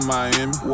Miami